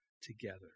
together